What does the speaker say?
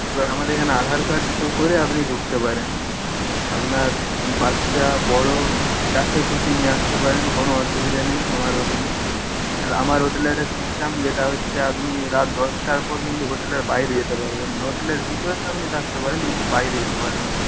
এবার আমাদের এখানে আধার কার্ড শো করে আপনি ঢুকতে পারেন আপনার বাচ্চা বড় যাকে খুশি নিয়ে আসতে পারেন কোনো অসুবিধা নেই আমার হোটেলে আর আমার হোটেলের একটা সিস্টেম যেটা হচ্ছে আপনি রাত দশটার পর কিন্তু হোটেলের বাইরে যেতে পারবেন না হোটেলের ভিতরে আপনি থাকতে পারেন কিন্তু বাইরে যেতে পারবেন না